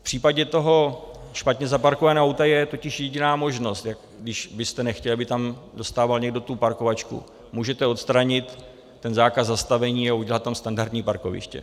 V případě toho špatně zaparkovaného auta je totiž jediná možnost, když byste nechtěl, aby tam dostával někdo tu parkovačku: můžete odstranit ten zákaz zastavení a udělat tam standardní parkoviště.